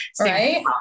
Right